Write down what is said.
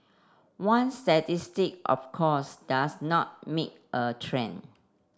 one statistic of course does not make a trend